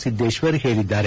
ಸಿದ್ದೇತ್ವರ್ ಹೇಳಿದ್ದಾರೆ